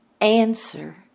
answer